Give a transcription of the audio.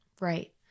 Right